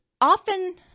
often